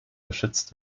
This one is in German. geschützt